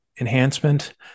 enhancement